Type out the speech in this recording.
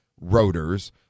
rotors